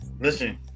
listen